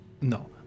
No